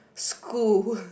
school